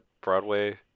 Broadway